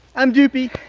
i'm doopey.